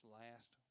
last